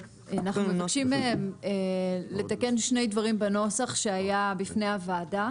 אנחנו מבקשים לתקן שני דברים בנוסח שהיה בפני הוועדה.